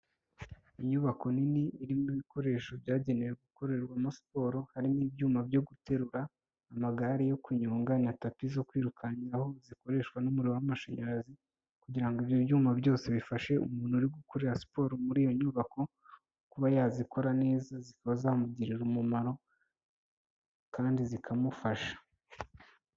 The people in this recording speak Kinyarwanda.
Inyubako nini irimo ibikoresho byagenewe gukorerwamo siporo, harimo ibyuma byo guterura, amagare yo kunyonga, na tapi zo kwirukankiraho zikoreshwa n'umuriro w'amashanyarazi, kugira ngo ibyo byuma byose bifashe umuntu uri gukora siporo muri iyo nyubako, kuba yazikora neza zikaba zamugirira umumaro kandi zikamufasha.